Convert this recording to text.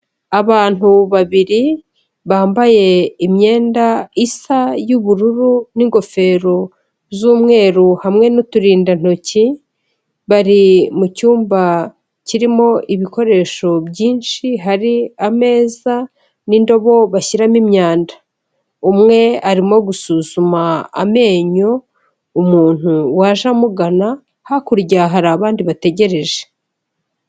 Abantu babiri bambaye imyenda isa y'ubururu n'ingofero z'umweru hamwe n'uturindantoki, bari mu cyumba kirimo ibikoresho byinshi hari ameza n'indobo bashyiramo imyanda, umwe arimo gusuzuma amenyo umuntu waje amugana hakurya hari abandi bategereje.